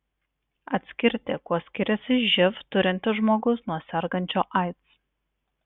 atskirti kuo skiriasi živ turintis žmogus nuo sergančio aids